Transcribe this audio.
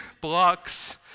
blocks